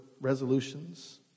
resolutions